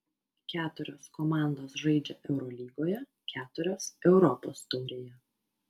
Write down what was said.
keturios komandos žaidžia eurolygoje keturios europos taurėje